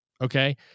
Okay